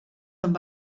amb